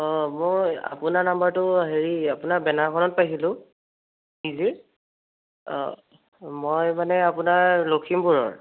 অ মই আপোনাৰ নাম্বাৰটো হেৰি আপোনাৰ বেনাৰখনত পাইছিলোঁ পিজি ৰ অ মই মানে আপোনাৰ লখিমপুৰৰ